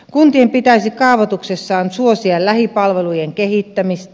kuntien pitäisi kaavoituksessaan suosia lähipalvelujen kehittämistä